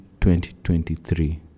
2023